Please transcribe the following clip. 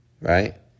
Right